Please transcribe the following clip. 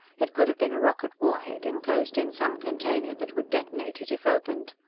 it could have been a rocket war head, enclosed in some container that would detonate it if opened.